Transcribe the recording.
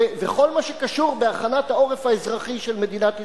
וכל מה שקשור להכנת העורף האזרחי של מדינת ישראל.